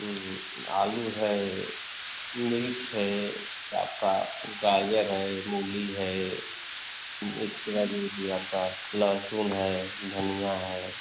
आलू है मिर्च है आपका गाजर है मूली है मिर्च के बाद वह यह आपका लहसुन है धनिया है